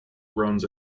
runs